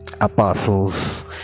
apostles